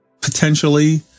potentially